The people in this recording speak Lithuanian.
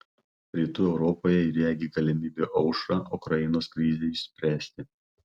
rytų europoje ji regi galimybių aušrą ukrainos krizei išspręsti